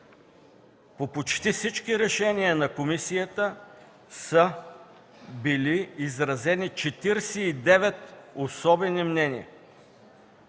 По почти всички решения на комисията са били изразени 49 „особени мнения”